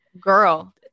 girl